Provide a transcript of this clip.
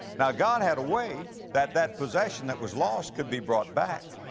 now god had a way that that possession that was lost could be brought back.